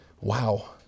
Wow